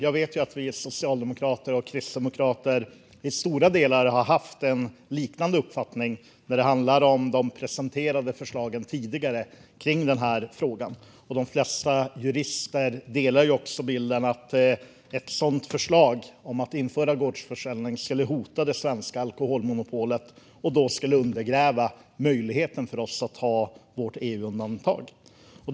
Jag vet ju att vi socialdemokrater och Kristdemokraterna i stora delar har haft en liknande uppfattning när det handlar om de tidigare presenterade förslagen kring den här frågan. De flesta jurister delar också bilden av att ett sådant förslag om att införa gårdsförsäljning skulle hota det svenska alkoholmonopolet och undergräva möjligheten för oss att ha vårt EU-undantag.